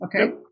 okay